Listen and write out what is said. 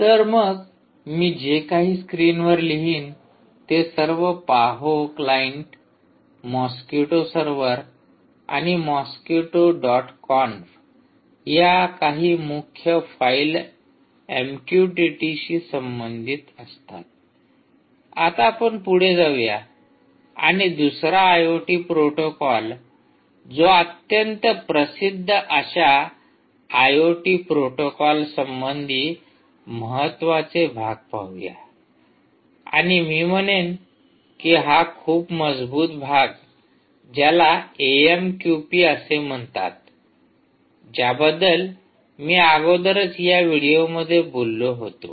तर मग मी जे काही स्क्रीनवर लिहीन ते सर्व पाहो क्लाइंट मॉस्किटो सर्वर आणि मॉस्किटो डॉट कॉन्फ या काही मुख्य फाईल एमक्यूटीटीशी संबंधित असतात आता आपण पुढे जाऊ या आणि दुसरा आयओटी प्रोटोकॉल जो अत्यंत प्रसिद्ध अशा आयओटी प्रोटोकॉल संबंधी महत्त्वाचे भाग पाहूया आणि मी म्हणेन कि हा खूप मजबूत भाग ज्याला एएमक्यूपी असे म्हणतात ज्याबद्दल मी अगोदरच या व्हिडिओमध्ये बोललो होतो